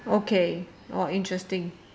okay oh interesting